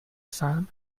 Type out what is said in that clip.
asylum